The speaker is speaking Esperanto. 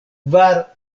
kvar